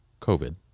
COVID